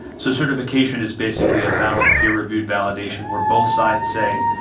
so certification is basically a valid, peer-reviewed validation where both sides say,